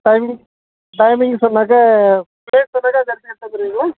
timing timing சொன்னாக்கா place சொன்னாக்கா அந்த இடத்துக்கு எடுத்து வந்துடுவீங்களா